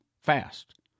fast